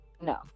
No